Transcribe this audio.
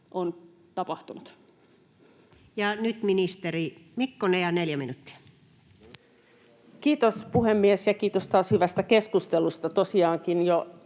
on tapahtunut? Ja nyt ministeri Mikkonen, 4 minuuttia. Kiitos, puhemies! Ja kiitos taas hyvästä keskustelusta.